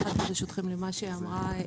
ברשותכם למה שאמרה